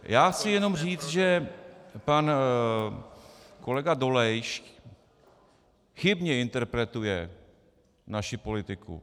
Já chci jenom říct, že pan kolega Dolejš chybně interpretuje naši politiku.